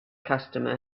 customer